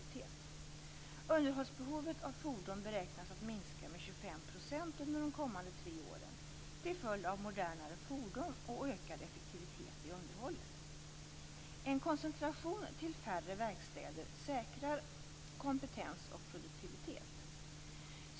Behovet av underhåll av fordon beräknas minska med 25 % under de kommande tre åren till följd av modernare fordon och ökad effektivitet i underhållet. En koncentration till färre verkstäder säkrar kompetens och produktivitet.